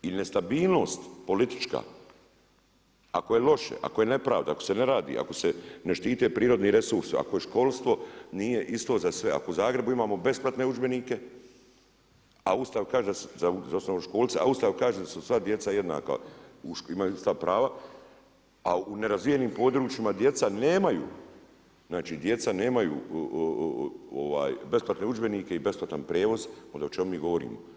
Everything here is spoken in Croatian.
I nestabilnost politička ako je loše, ako je nepravda, ako se ne radi, ako se ne štite prirodni resursi, ako školstvo nije isto za sve, ako u Zagrebu imamo besplatne udžbenike a Ustav kaže, za osnovnoškolca, a Ustav kaže da su sva djeca jednaka, imaju ista prava a u nerazvijenim područjima djeca nemaju, znači djeca nemaju besplatne udžbenike i besplatan prijevoz onda o čemu mi govorimo.